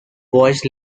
voiced